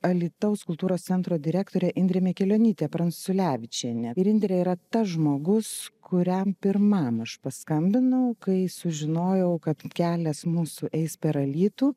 alytaus kultūros centro direktorė indrė mikelionytė pranculevičienė ir indrė yra tas žmogus kuriam pirmam aš paskambinau kai sužinojau kad kelias mūsų eis per alytų